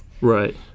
right